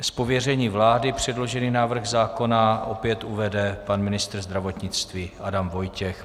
Z pověření vlády předložený návrh zákona opět uvede pan ministr zdravotnictví Adam Vojtěch.